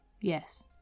Yes